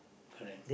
correct